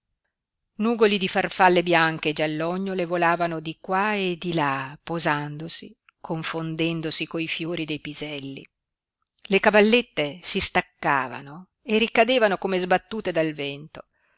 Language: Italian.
nugoli di farfalle bianche e giallognole volavano di qua e di là posandosi confondendosi coi fiori dei piselli le cavallette si staccavano e ricadevano come sbattute dal vento